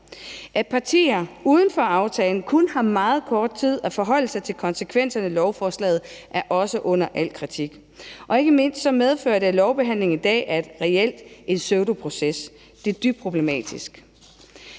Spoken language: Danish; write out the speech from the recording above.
At partier uden for aftalen kun har meget kort tid til at forholde sig til konsekvenserne af lovforslaget, er også under al kritik. Ikke mindst medfører det, at lovbehandlingen i dag reelt er en pseudoproces. Det er dybt problematisk.